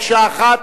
מקשה אחת,